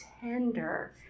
tender